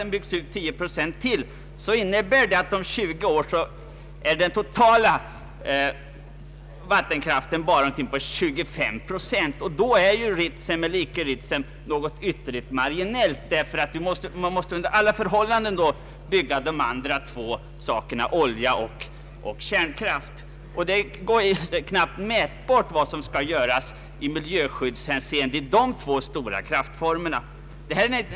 Om den byggs ut tio procent ytterligare, innebär detta att den totala vattenkraften om 20 år bara svarar för mindre än 25 procent av kraftbehovet. Då är frågan om Ritsem eller icke Ritsem ytterligt marginell, för man måste under alla förhållanden till dominerande del använda olja och kärnkraft. Vad som skall göras i miljöskyddshänseende när man använder dessa två kraftformer påverkas knappast mätbart av Ritsem.